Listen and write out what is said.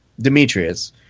Demetrius